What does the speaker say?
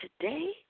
today